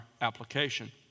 application